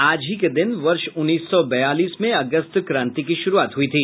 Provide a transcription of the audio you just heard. आज ही के दिन वर्ष उन्नीस सौ बयालीस में अगस्त क्रांति की शुरूआत हुयी थी